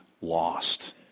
lost